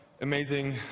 amazing